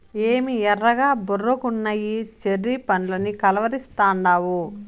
ఏమి ఎర్రగా బుర్రగున్నయ్యి చెర్రీ పండ్లని కలవరిస్తాండావు